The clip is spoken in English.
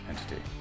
entity